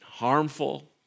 harmful